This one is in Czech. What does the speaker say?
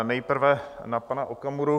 Nejprve na pana Okamuru.